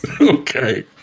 Okay